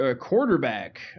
quarterback